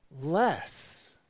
less